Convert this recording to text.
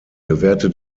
gewährte